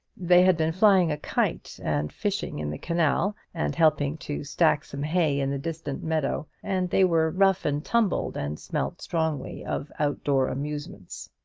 they had been flying a kite, and fishing in the canal, and helping to stack some hay in the distant meadow and they were rough and tumbled, and smelt strongly of out-door amusements.